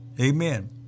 Amen